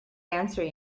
answer